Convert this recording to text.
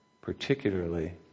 particularly